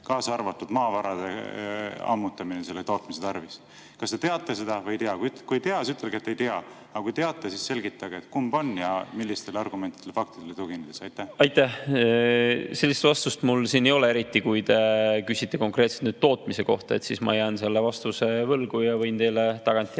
kaasa arvatud maavarade ammutamine selle tootmise tarvis. Kas te teate seda või ei tea? Kui ei tea, siis ütelge, et ei tea, aga kui teate, siis selgitage, kumb on ja millistele argumentidele ja faktidele tuginedes. Aitäh! Sellist vastust mul siin ei ole. Eriti kui te küsite konkreetselt tootmise kohta, siis ma jään vastuse võlgu ja võin selle teile tagantjärgi